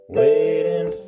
waiting